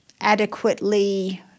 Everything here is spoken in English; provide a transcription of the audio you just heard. adequately